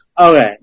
Okay